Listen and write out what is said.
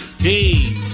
hey